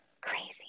Crazy